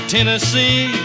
Tennessee